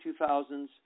2000s